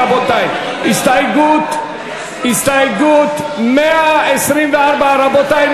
רבותי, הסתייגות, הסתייגות 124, רבותי.